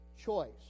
choice